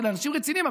אלה אנשים רציניים.